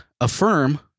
affirm